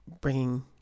bringing